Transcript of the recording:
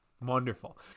wonderful